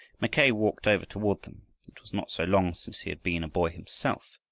mackay walked over toward them. it was not so long since he had been a boy himself,